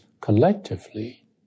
collectively